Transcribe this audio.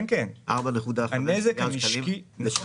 כן, 4.5 מיליארד שקלים בשנה.